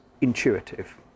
intuitive